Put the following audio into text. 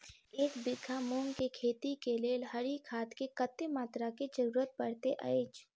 एक बीघा मूंग केँ खेती केँ लेल हरी खाद केँ कत्ते मात्रा केँ जरूरत पड़तै अछि?